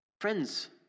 Friends